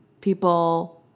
people